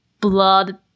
blood